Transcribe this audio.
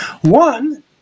One